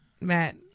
Matt